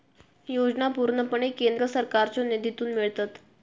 योजना पूर्णपणे केंद्र सरकारच्यो निधीतून मिळतत